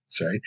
right